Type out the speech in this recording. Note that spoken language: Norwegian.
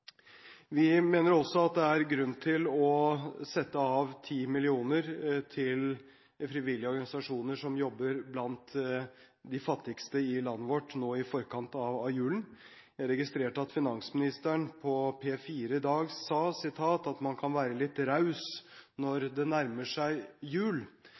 Vi mener også at det er grunn til å sette av 10 mill. kr til frivillige organisasjoner som jobber blant de fattigste i landet vårt nå i forkant av julen. Jeg registrerte at finansministeren på P4 i dag sa at man kan være litt raus når det nærmer seg jul.